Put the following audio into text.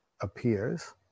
appears